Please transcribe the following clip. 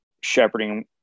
shepherding